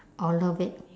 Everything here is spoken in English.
I'll love it